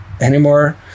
anymore